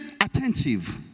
attentive